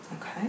Okay